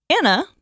Anna